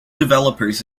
developers